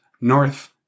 north